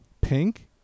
Pink